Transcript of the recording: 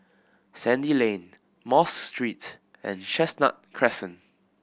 Sandy Lane Mosque Street and Chestnut Crescent